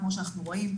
כמו שאנחנו רואים.